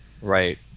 Right